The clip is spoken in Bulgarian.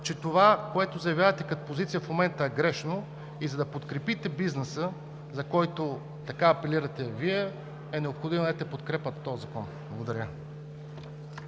че това, което заявявате като позиция в момента, е грешно. За да подкрепите бизнеса, за който Вие така апелирате, е необходимо да дадете подкрепата си по този закон. Благодаря.